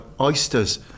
oysters